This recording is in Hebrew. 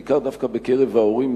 בעיקר דווקא בקרב ההורים,